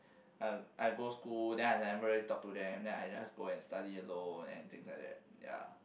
I I go school then I never really talk to them then I just go and study alone and things like that ya